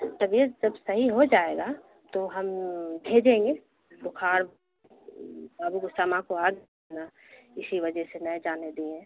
طبیعت جب صحیح ہو جائے گا تو ہم بھیجیں گے بخار ابھی تو سما کو آ گیا نا اسی وجہ سے نہیں جانے دیے ہیں